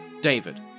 David